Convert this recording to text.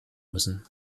müssen